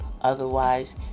Otherwise